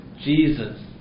Jesus